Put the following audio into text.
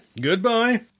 Goodbye